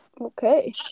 Okay